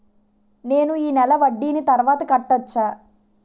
నేను ఈ నెల వడ్డీని తర్వాత కట్టచా?